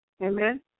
amen